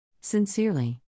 Sincerely